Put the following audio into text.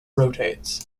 rotates